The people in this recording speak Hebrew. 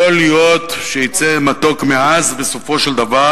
יכול להיות שיצא מתוק מעז בסופו של דבר,